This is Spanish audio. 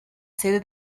sede